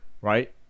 right